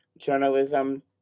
journalism